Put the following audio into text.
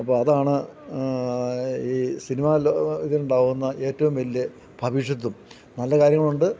അപ്പോൾ അതാണ് ഈ സിനിമാലോ ഇതുണ്ടാവുന്ന ഏറ്റവും വലിയ ഭവിഷ്യത്തും നല്ല കാര്യങ്ങളുണ്ട്